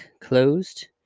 closed